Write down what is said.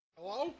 Hello